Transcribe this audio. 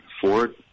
Ford